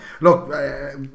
look